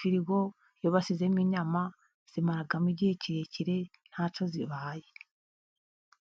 firigo iyo bashyizemo inyama, zimaramo igihe kirekire ntacyo zibaye.